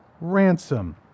ransom